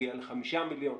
הגיע לחמישה מיליון,